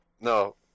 No